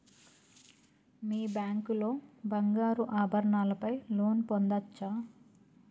మీ bank లో బంగారు ఆభరణాల పై లోన్ పొందచ్చా?